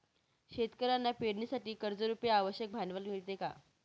शेतकऱ्यांना पेरणीसाठी कर्जरुपी आवश्यक भांडवल मिळते का?